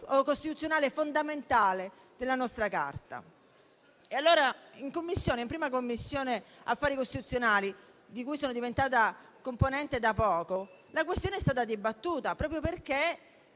costituzionale fondamentale della nostra Carta. In Commissione affari costituzionali, di cui sono diventata componente da poco, la questione è stata dibattuta, proprio perché